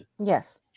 Yes